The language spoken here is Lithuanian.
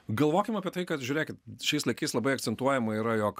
galvokim apie tai kad žiūrėkit šiais laikais labai akcentuojama yra jog